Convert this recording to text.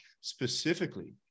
specifically